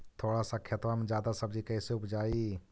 थोड़ा सा खेतबा में जादा सब्ज़ी कैसे उपजाई?